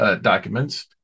documents